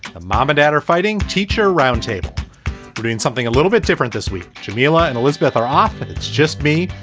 a mom and dad are fighting. teacher roundtable but doing something a little bit different this week. jameela and elizabeth are off it's just me.